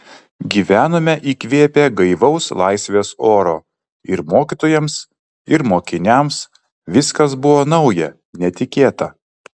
gyvenome įkvėpę gaivaus laisvės oro ir mokytojams ir mokiniams viskas buvo nauja netikėta